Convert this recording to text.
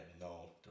no